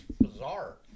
bizarre